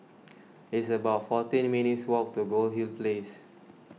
it's about fourteen minutes' walk to Goldhill Place